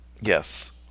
Yes